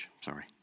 sorry